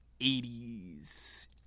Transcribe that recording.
80s